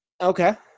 Okay